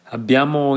Abbiamo